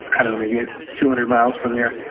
i don't know, maybe two hundred miles from there,